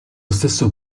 stesso